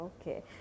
Okay